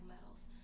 medals